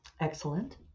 Excellent